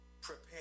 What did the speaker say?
prepare